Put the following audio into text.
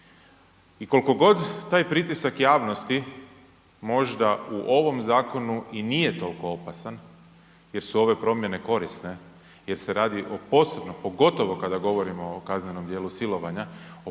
I koliko god taj pritisak javnosti možda u ovom zakonu i nije toliko opasan jer su ove promjene korisne, jer se radi o posebnom, pogotovo kada govorimo o kaznenom djelu silovanja, o posebno